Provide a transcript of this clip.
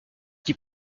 qui